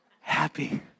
happy